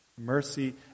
Mercy